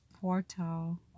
portal